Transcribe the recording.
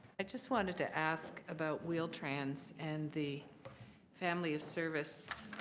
i just wanted to ask about wheel trans and the family of service